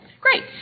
Great